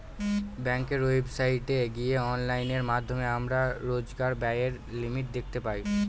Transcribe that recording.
ব্যাঙ্কের ওয়েবসাইটে গিয়ে অনলাইনের মাধ্যমে আমরা রোজকার ব্যায়ের লিমিট দেখতে পাই